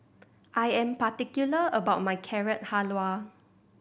I am particular about my Carrot Halwa